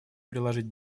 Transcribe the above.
приложить